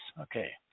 Okay